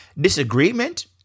disagreement